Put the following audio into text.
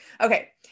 Okay